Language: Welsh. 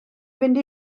fynd